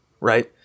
right